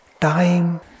time